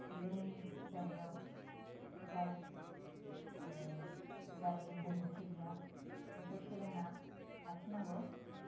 जोंनि जायगायाव जाय जायनि रोंगौथि गैया बेखौ सोलोंना लाखिनांगौ